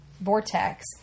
vortex